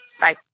Bye